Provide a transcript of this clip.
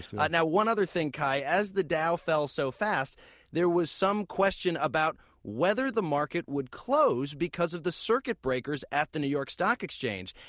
at its one other thing, kai. as the dow fell so fast there was some question about whether the market would close because of the circuit breakers at the new york stock exchange.